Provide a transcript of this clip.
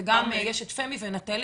ויש גם את פמ"י ונטלי,